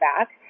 back